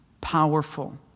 powerful